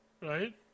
right